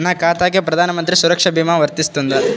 నా ఖాతాకి ప్రధాన మంత్రి సురక్ష భీమా వర్తిస్తుందా?